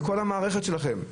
בכל המערכת שלכם.